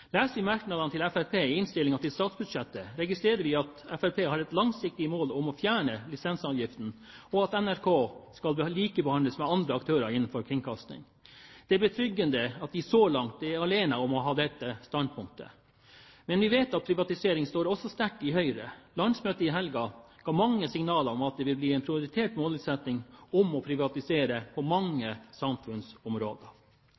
Leser vi merknadene til Fremskrittspartiet i innstillingen til statsbudsjettet, registrerer vi at Fremskrittspartiet har et langsiktig mål om å fjerne lisensavgiften, og at NRK skal likebehandles med andre aktører innenfor kringkasting. Det er betryggende at de så langt er alene om å ha dette standpunktet. Men vi vet at privatisering står sterkt også i Høyre. Landsmøtet i helgen ga mange signaler om at det vil bli en prioritert målsetting å privatisere på